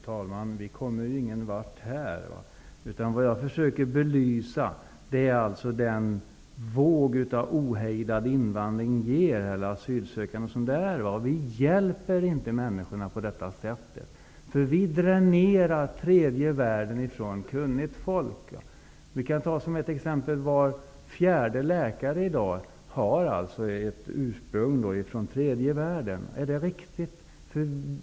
Fru talman! Vi kommer ingen vart här. Men vad jag försöker belysa är alltså vad den våg av ohejdad invandring av asylsökande leder till. Vi hjälper inte människorna på detta sätt, därför att vi dränerar tredje världen från kunnigt folk. Jag kan som exempel nämna att var fjärde läkare i dag har sitt ursprung i tredje världen. Är detta riktigt?